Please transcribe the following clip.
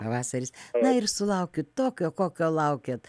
pavasaris na ir sulaukiu tokio kokio laukiat